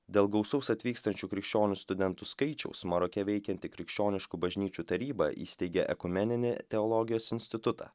dėl gausaus atvykstančių krikščionių studentų skaičiaus maroke veikianti krikščioniškų bažnyčių taryba įsteigė ekumeninį teologijos institutą